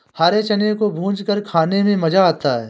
हरे चने को भूंजकर खाने में मज़ा आता है